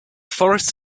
forests